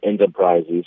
enterprises